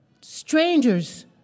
strangers